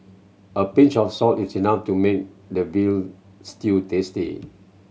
a pinch of salt is enough to make the veal stew tasty